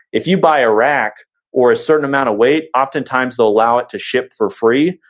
if you buy a rack or a certain amount of weight, oftentimes, they allow it to ship for free.